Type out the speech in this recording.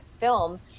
film